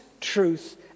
truth